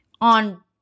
on